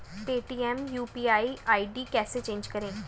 Paytm UPI ID कैसे change करें?